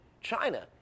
China